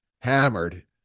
hammered